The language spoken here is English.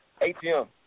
ATM